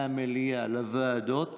מהמליאה לוועדות,